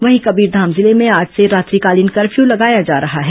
वहीं कबीरधाम जिले में आज से रात्रिकालीन कर्फ्यू लगाया जा रहा है